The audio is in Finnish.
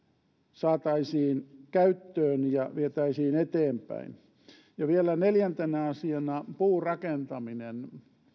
saataisiin käyttöön ja vietäisiin eteenpäin vielä neljäntenä asiana puurakentaminen